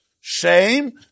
Shame